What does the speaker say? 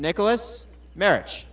nicholas marriage